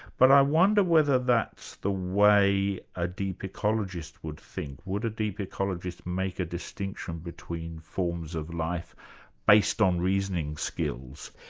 but i wonder whether that's the way a deep ecologist would think? would a deep ecologist make a distinction between forms of life based on reasoning skills?